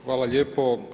Hvala lijepo.